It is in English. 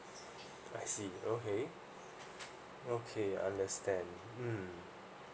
I see okay okay I understand mm